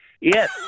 yes